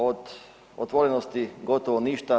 Od otvorenosti gotovo ništa.